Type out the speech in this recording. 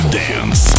dance